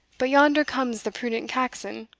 but yonder comes the prudent caxon